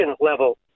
level